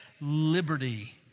liberty